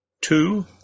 Two